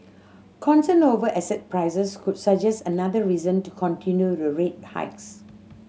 concern over asset prices could suggest another reason to continue rate hikes